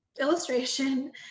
illustration